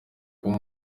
kuba